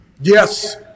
Yes